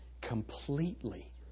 completely